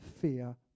fear